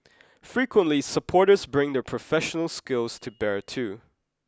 frequently supporters bring their professional skills to bear too